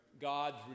God's